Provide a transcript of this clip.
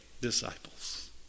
disciples